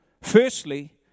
Firstly